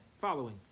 Following